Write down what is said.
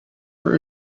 for